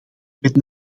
met